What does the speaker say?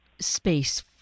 space